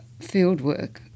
fieldwork